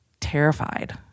terrified